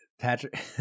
patrick